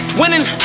winning